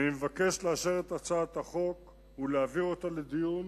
אני מבקש לאשר את הצעת החוק ולהעביר אותה לדיון